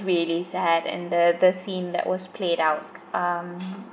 really sad and the the scene that was played out um